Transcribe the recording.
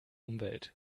umwelt